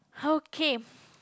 okay